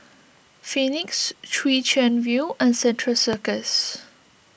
Phoenix Chwee Chian View and Central Circus